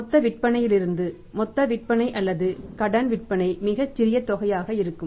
மொத்த விற்பனையிலிருந்து மொத்த விற்பனை அல்லது கடன் விற்பனை மிகச் சிறிய தொகையாக இருக்கும்